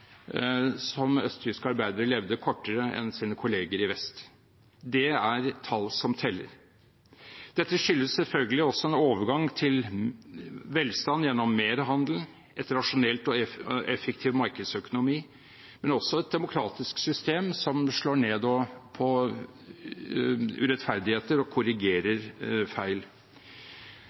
som østtyske arbeidere levde kortere enn sine kolleger i vest. Dette er tall som teller. Dette skyldes selvfølgelig også en overgang til velstand gjennom mer handel, en rasjonell og effektiv markedsøkonomi, men også et demokratisk system som slår ned på urettferdigheter og korrigerer feil.